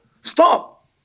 Stop